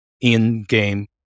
in-game